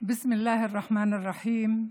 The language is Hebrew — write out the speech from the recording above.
בשם האל הרחמן הרחום.